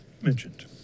mentioned